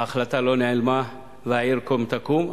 ההחלטה לא נעלמה והעיר קום תקום.